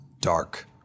Dark